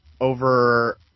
over